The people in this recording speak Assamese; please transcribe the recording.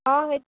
অঁ হয়